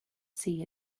see